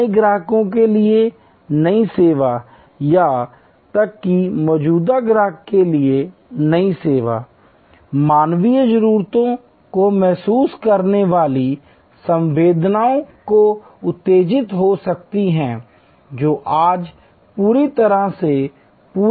नए ग्राहकों के लिए नई सेवा या यहां तक कि मौजूदा ग्राहक के लिए नई सेवा मानवीय जरूरतों को महसूस करने वाली संवेदनाओं से उत्तेजित हो सकती है जो आज पूरी तरह से पूरी नहीं हुई हैं